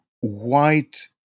white